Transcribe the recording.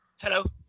Hello